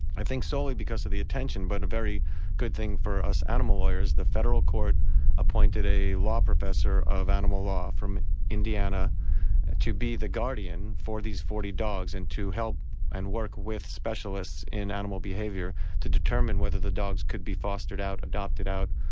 i think solely because of the attention, but a very good thing for us animal lawyers, the federal court appointed a law professor of animal law from indiana to be the guardian for these forty dogs and to help and work with specialists in animal behaviour to determine whether the dogs could be fostered out, adopted out,